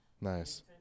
Nice